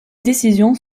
décisions